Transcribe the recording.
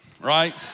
right